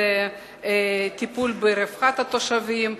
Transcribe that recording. טיפול ברווחת התושבים,